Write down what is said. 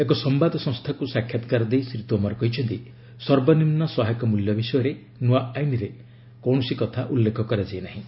ଏକ ସମ୍ଭାଦ ସଂସ୍ଥାକୁ ସାକ୍ଷାତ୍କାର ଦେଇ ଶ୍ରୀ ତୋମର କହିଛନ୍ତି ସର୍ବନିମ୍ନ ସହାୟକ ମୂଲ୍ୟ ବିଷୟରେ ନୂଆ ଆଇନ୍ରେ କୌଣସି ଉଲ୍ଲେଖ କରାଯାଇନାହିଁ